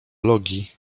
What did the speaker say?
logii